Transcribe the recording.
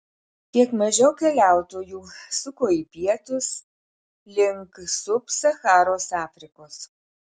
kiek mažiau keliautojų suko į pietus link sub sacharos afrikos